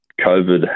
COVID